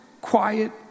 quiet